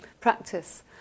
practice